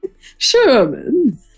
Sherman